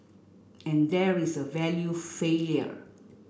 and there is a value failure